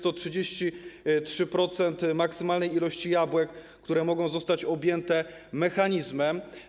To jest 33% maksymalnej ilości jabłek, jaka może zostać objęta mechanizmem.